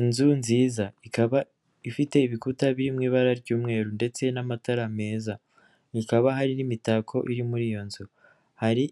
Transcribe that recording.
Inzu nziza ikaba ifite ibikuta biririmo ibara ry'umweru ndetse n'amatara meza, ikaba hari n'imitako iri muri iyo nzu, hari